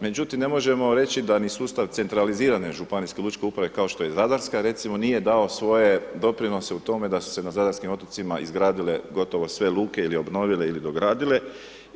Međutim ne možemo reći niti da ni sustav centralizirane županijske lučke uprave kao što je zadarska recimo, nije dao svoje doprinose u tome da su se na zadarskim otocima izgradile gotovo sve luke i obnovile ili dogradile